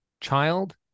child